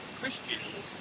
Christians